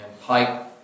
pipe